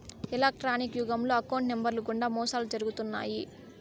electronics యుగంలో account నెంబర్లు గుండా మోసాలు జరుగుతున్నాయి